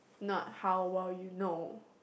not how well you know